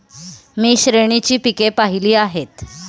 मी श्रेणीची पिके पाहिली आहेत